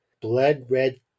Blood-red